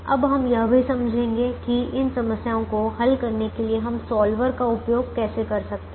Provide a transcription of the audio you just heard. अब हम यह भी समझेंगे कि इन समस्याओं को हल करने के लिए हम सॉल्वर का उपयोग कैसे कर सकते हैं